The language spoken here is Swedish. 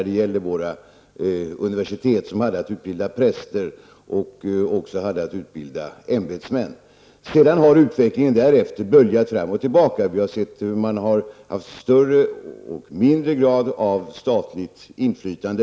Det gällde våra universitet som hade att utbilda präster och ämbetsmän. Utvecklingen därefter har böljat fram och tillbaka. Vi har sett hur man haft större eller mindre grad av statligt inflytande.